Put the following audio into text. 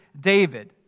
David